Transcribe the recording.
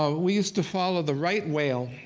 ah we used to follow the right whale,